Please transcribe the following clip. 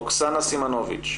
אוקסנה סימנוביץ',